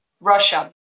Russia